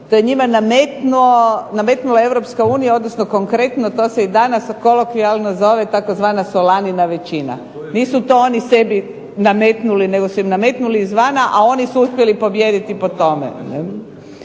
to je njima nametnula Europska unija, odnosno konkretno to se i danas kolokvijalno zove tzv. solanina većina. Nisu to oni sebi nametnuli, nego su im nametnuli izvana, a oni su uspjeli pobijediti po tome.